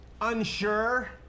unsure